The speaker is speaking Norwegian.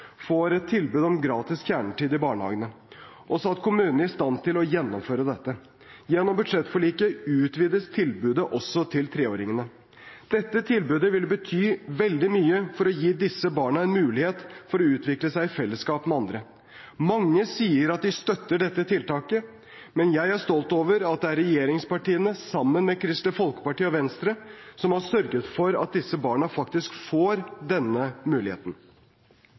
får et tilbud om gratis kjernetid i barnehage, og satt kommunene i stand til å gjennomføre dette. Gjennom budsjettforliket utvides tilbudet også til treåringene. Dette tilbudet vil bety veldig mye for å gi disse barna en mulighet for å utvikle seg i fellesskap med andre. Mange sier at de støtter dette tiltaket, men jeg er stolt over at det er regjeringspartiene sammen med Kristelig Folkeparti og Venstre som har sørget for at disse barna faktisk får denne muligheten.